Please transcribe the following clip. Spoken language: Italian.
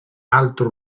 altro